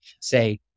say